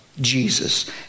Jesus